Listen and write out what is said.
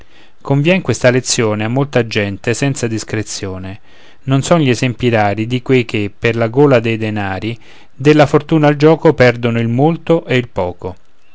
convien questa lezione a molta gente senza discrezione non son gli esempi rari di quei che per la gola dei denari della fortuna al gioco perdono il molto e il poco